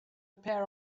pair